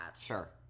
Sure